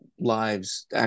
lives